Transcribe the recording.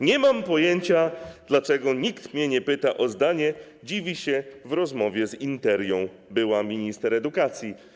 Nie mam pojęcia, dlaczego nikt mnie nie pyta o zdanie - dziwi się w rozmowie z Interią była minister edukacji.